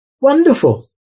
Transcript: Wonderful